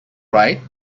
right